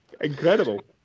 incredible